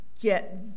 get